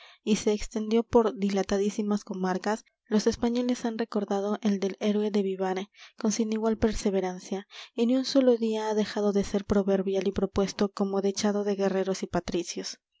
y se extendió por dilatadísimas comarcas los españoles han recordado el del héroe de vivar con sin igual perseverancia y ni un solo día ha dejado de ser proverbial y propuesto como dechado de guerreros y patricios